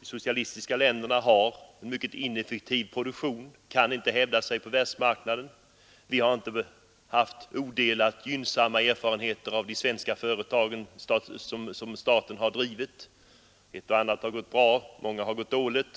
De socialistiska länderna har en mycket ineffektiv produktion. De kan inte hävda sig på världsmarknaden. Vi har inte heller haft odelat gynnsamma erfarenheter av de svenska företag som staten drivit. Ett och annat av dem har gått bra. Många har gått dåligt.